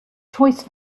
choice